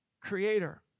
creator